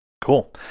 Cool